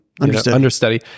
understudy